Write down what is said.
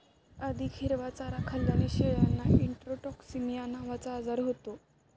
अधिक हिरवा चारा खाल्ल्याने शेळ्यांना इंट्रोटॉक्सिमिया नावाचा आजार होतो